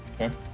Okay